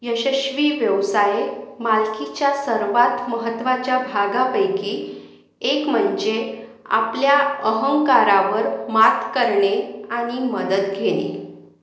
यशस्वी व्यवसाय मालकीच्या सर्वात महत्त्वाच्या भागापैकी एक म्हणजे आपल्या अहंकारावर मात करणे आणि मदत घेणे